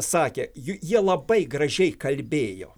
sakė jų jie labai gražiai kalbėjo